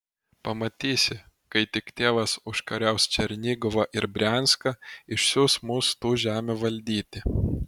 pamatysi kai tik tėvas užkariaus černigovą ir brianską išsiųs mus tų žemių valdyti